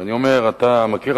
ואני אומר: אתה מכיר,